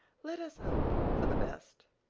let us hope for the best.